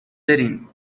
برین